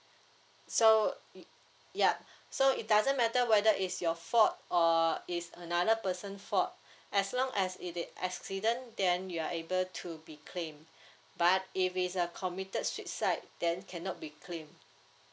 so yup so it doesn't matter whether it's your fault or is another person fault as long as it is accident then you are able to be claimed but if it's a committed suicide then cannot be claimed